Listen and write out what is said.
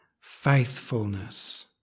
Faithfulness